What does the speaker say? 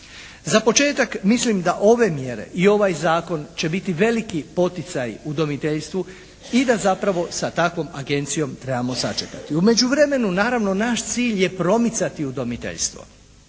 Za početak mislim da ove mjere i ovaj zakon će biti veliki poticaj udomiteljstvu i da zapravo sa takvom agencijom trebamo sačekati. U međuvremenu naravno naš cilj je promicati udomiteljstvo.